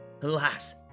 Alas